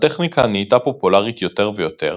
הטכניקה נהייתה פופולרית יותר ויותר,